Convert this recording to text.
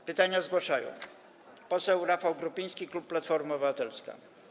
Z pytaniami zgłasza się poseł Rafał Grupiński, klub Platforma Obywatelska.